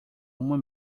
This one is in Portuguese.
uma